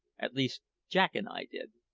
at least jack and i did.